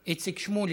איציק שמולי,